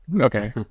Okay